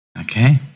Okay